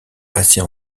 assez